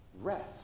rest